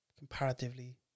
comparatively